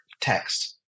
text